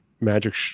magic